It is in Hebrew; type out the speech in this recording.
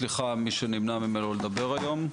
סליחה ממי שנמנע ממנו לדבר היום.